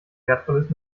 wertvolles